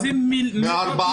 אתם מבזבזים מאות מיליוני שקלים.